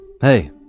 Hey